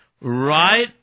Right